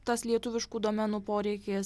tas lietuviškų domenų poreikis